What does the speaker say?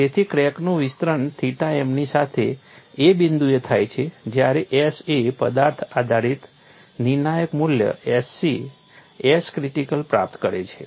તેથી ક્રેકનું વિસ્તરણ થીટા m ની સાથે એ બિંદુએ થાય છે જ્યારે S એ પદાર્થ આધારિત નિર્ણાયક મૂલ્ય Sc S ક્રિટિકલ પ્રાપ્ત કરે છે